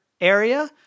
area